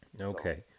Okay